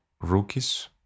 rookies